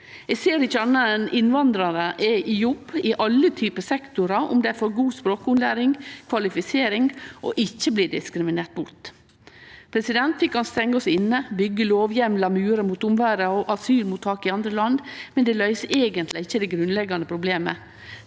Eg ser ikkje anna enn at innvandrarar er i jobb i alle typar sektorar, om dei får god språkopplæring, kvalifisering og ikkje blir diskriminerte bort. Vi kan stengje oss inne, byggje lovheimlar og murar mot omverda og asylmottak i andre land, men det løyser eigentleg ikkje det grunnleggjande problemet.